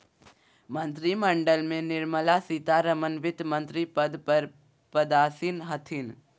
मंत्रिमंडल में निर्मला सीतारमण वित्तमंत्री पद पर पदासीन हथिन